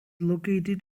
located